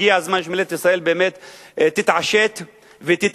הגיע הזמן שממשלת ישראל באמת תתעשת ותתעורר,